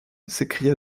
s’écria